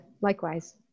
likewise